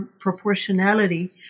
proportionality